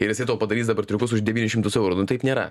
ir jisai tau padarys dabar triukus už devynis šimtus eurų nu taip nėra